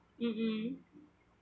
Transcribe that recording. mm mm